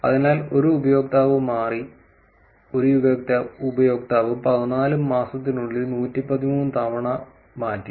അതിനാൽ ഒരു ഉപയോക്താവ് മാറി ഒരു ഉപയോക്താവ് 14 മാസത്തിനുള്ളിൽ 113 തവണ മാറ്റി